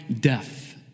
death